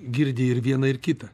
girdi ir viena ir kita